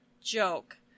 joke